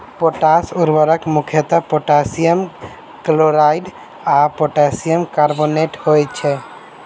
potash उर्वरक मुख्यतः potassium chloride आ पोटासियम कार्बोनेट होइत छै